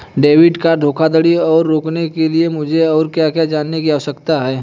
Debit card धोखाधड़ी को रोकने के लिए मुझे और क्या जानने की आवश्यकता है?